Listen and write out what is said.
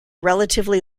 relatively